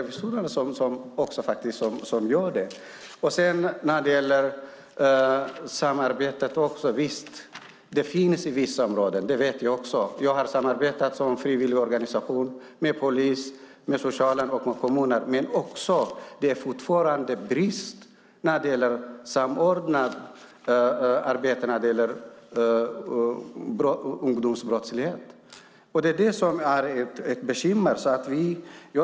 Visst finns det samarbete i vissa områden. Det vet jag, för jag har arbetat i en frivilligorganisation och samarbetat med polis och kommunens socialtjänst. Men det finns fortfarande brister i samordningen av arbetet när det gäller ungdomsbrottslighet. Det är ett bekymmer.